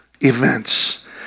events